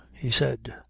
he said.